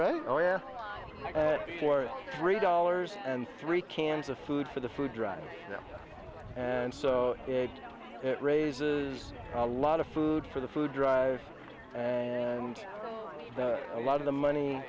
right for three dollars and three cans of food for the food drive and so it raises a lot of food for the food drive and a lot of the money